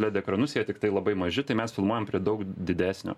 led ekranus jie tiktai labai maži tai mes filmuojame prie daug didesnio